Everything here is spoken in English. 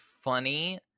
funny